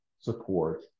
support